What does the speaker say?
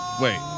Wait